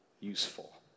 useful